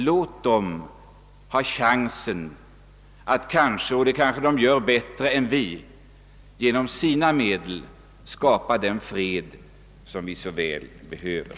Låt ungdomarna ha chansen att — och det kanske de gör bättre än vi — genom sina medel skapa den fred som vi så väl behöver.